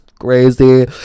crazy